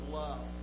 love